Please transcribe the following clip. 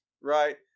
Right